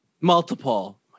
Multiple